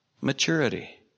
maturity